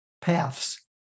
paths